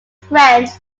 french